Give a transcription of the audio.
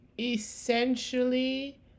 essentially